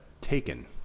Taken